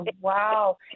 wow